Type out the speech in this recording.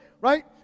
right